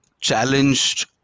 challenged